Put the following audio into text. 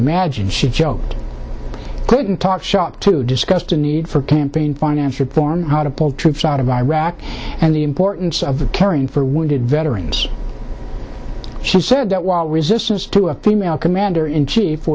imagine she joked couldn't talk shop to discuss the need for campaign finance reform how to pull troops out of iraq and the importance of caring for wounded veterans she said that while resistance to a female commander in chief